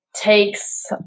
takes